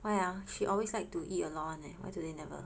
why ah she always like to eat a lot [one] leh why today never